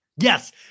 Yes